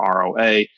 ROA